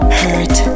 hurt